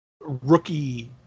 rookie